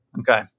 Okay